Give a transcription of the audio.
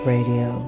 Radio